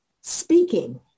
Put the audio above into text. speaking